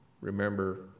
remember